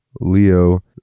Leo